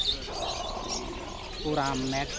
Puramate